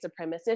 supremacists